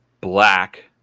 black